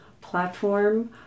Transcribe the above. platform